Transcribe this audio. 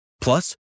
Plus